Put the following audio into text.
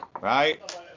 Right